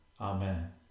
Amen